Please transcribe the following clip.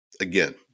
Again